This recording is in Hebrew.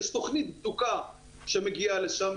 יש תוכנית בדוקה שמגיעה לשם,